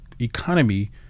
economy